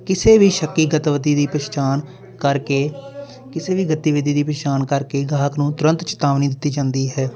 ਕਿਸੇ ਵੀ ਸ਼ੱਕੀਗਤਵਤੀ ਦੀ ਪਹਿਚਾਣ ਕਰਕੇ ਕਿਸੇ ਵੀ ਗਤੀਵਿਧੀ ਦੀ ਪਹਿਚਾਣ ਕਰਕੇ ਗਾਹਕ ਨੂੰ ਤੁਰੰਤ ਚੇਤਾਵਨੀ ਦਿੱਤੀ ਜਾਂਦੀ ਹੈ